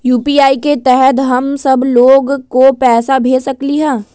UPI के तहद हम सब लोग को पैसा भेज सकली ह?